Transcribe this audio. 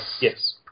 Yes